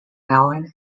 allen